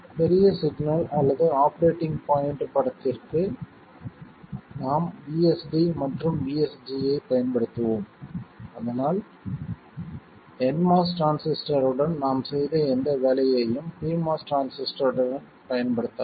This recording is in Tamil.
பெரிய சிக்னல் அல்லது ஆப்பரேட்டிங் பாயின்ட் படத்திற்கு நாம் VSD மற்றும் VSG ஐப் பயன்படுத்துவோம் அதனால் nMOS டிரான்சிஸ்டருடன் நாம் செய்த எந்த வேலையையும் pMOS டிரான்சிஸ்டருடன் பயன்படுத்தலாம்